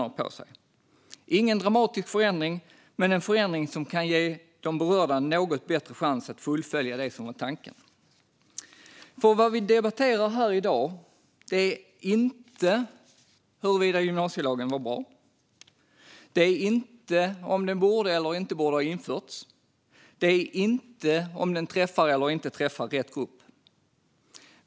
Det är ingen dramatisk förändring, men den kan ge de berörda en bättre chans att fullfölja det som var tanken. I dag debatterar vi inte om gymnasielagen är bra, om den borde eller inte borde ha införts eller om den träffar eller inte träffar rätt grupp.